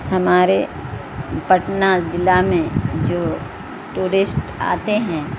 ہمارے پٹنہ ضلع میں جو ٹورسٹ آتے ہیں